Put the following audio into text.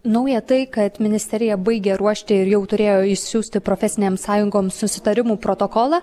nauja tai kad ministerija baigia ruošti ir jau turėjo išsiųsti profesinėms sąjungoms susitarimų protokolą